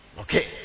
Okay